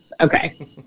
Okay